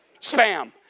spam